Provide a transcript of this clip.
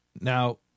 Now